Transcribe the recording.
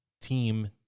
team